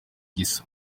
gisa